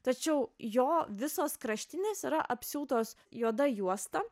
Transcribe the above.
tačiau jo visos kraštinės yra apsiūtos juoda juosta